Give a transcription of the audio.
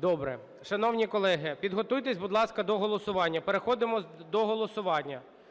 Добре. Шановні колеги, підготуйтеся, будь ласка, до голосування. Переходимо до голосування.